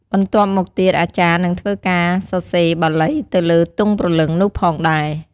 បន្ទាប់មកទៀត អាចារ្យនឹងធ្វើការសរសេរបាលីទៅលើទង់ព្រលឺងនោះផងដែរ។